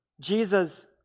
Jesus